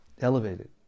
elevated